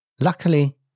Luckily